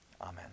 Amen